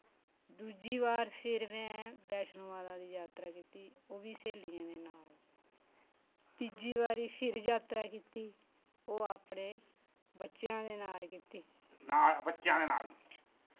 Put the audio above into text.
दुजी बार फिर में बैश्णो माता दी जात्तरा कीती ओह् वी स्हेलियें दे नाल तिजी बारी फिर जात्तरा कीती ओह् अपने बच्चेआं दे नाल कीती